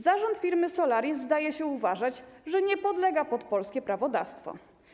Zarząd firmy Solaris, zdaje się, uważa, że nie podlega polskiemu prawodawstwu.